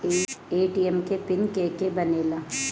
ATM के PIN के के बनेला?